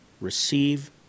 Receive